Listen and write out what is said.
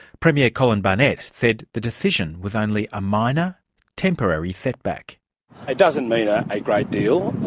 premier colin barnett said the decision was only a minor temporary setback. it doesn't mean a great deal.